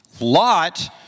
Lot